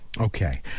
Okay